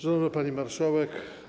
Szanowna Pani Marszałek!